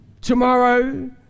Tomorrow